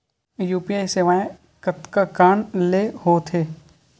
UPI सेवाएं कतका कान ले हो थे?